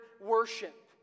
worship